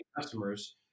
customers